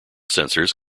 sensors